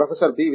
professor B